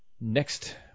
next